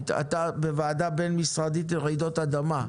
אתה בוועדה בין-משרדית לרעידות אדמה.